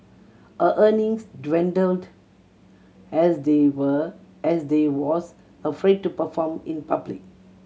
her earnings dwindled as they were as they was afraid to perform in public